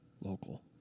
local